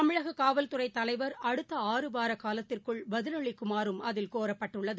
தமிழககாவல்துறைதலைவர் வாரக்காலத்திற்குள் பதிலளிக்குமாறும் அதில் கோரப்பட்டுள்ளது